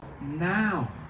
now